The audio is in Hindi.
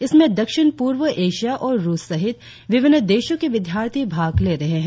इसमें दक्षिण पूर्व एशिया और रुस सहित विभिन्न देशों के विद्यार्थी भाग ले रहे हैं